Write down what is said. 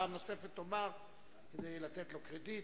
תאמר פעם נוספת כדי לתת לו קרדיט.